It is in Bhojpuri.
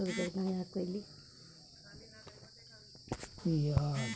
कमोडिटी मनी उ पइसा होला जेकर मूल्य उ समान से आवला जेसे एके बनावल जाला